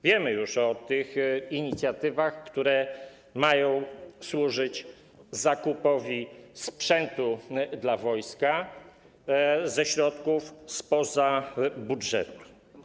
Wiemy już o inicjatywach, które mają służyć zakupowi sprzętu dla wojska ze środków spoza budżetu.